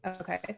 Okay